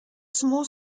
small